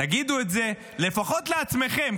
תגידו את זה לפחות לעצמכם,